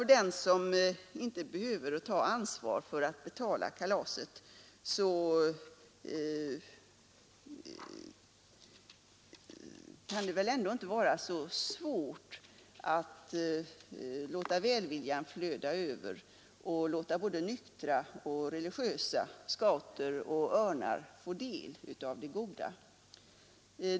För dem som inte behöver ta ansvar för att betala kalaset kan det väl ändå inte vara så svårt att låta välviljan flöda över och låta både nyktra och religiösa, scouter och Unga örnar få del av det goda!